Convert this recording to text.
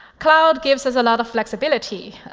cloud gives us a lot of flexibility.